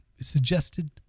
suggested